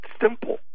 simple